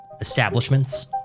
establishments